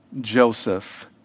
Joseph